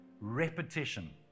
repetition